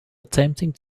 attempting